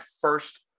first